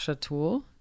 tool